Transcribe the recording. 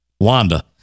Wanda